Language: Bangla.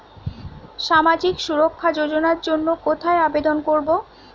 সামাজিক সুরক্ষা যোজনার জন্য কোথায় আবেদন করব?